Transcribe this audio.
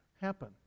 happen